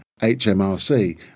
HMRC